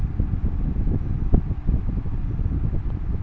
আমি কি করে আমার বন্ধ ব্যাংক একাউন্ট খুলতে পারবো?